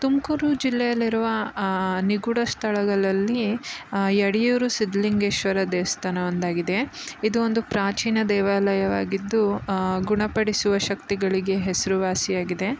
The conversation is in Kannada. ತುಮಕೂರು ಜಿಲ್ಲೆಯಲ್ಲಿರುವ ನಿಗೂಢ ಸ್ಥಳಗಳಲ್ಲಿ ಯಡಿಯೂರು ಸಿದ್ದಲಿಂಗೇಶ್ವರ ದೇವಸ್ಥಾನ ಒಂದಾಗಿದೆ ಇದು ಒಂದು ಪ್ರಾಚೀನ ದೇವಾಲಯವಾಗಿದ್ದು ಗುಣಪಡಿಸುವ ಶಕ್ತಿಗಳಿಗೆ ಹೆಸರುವಾಸಿಯಾಗಿದೆ